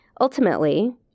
Ultimately